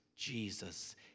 Jesus